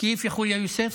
(אומר דברים בשפה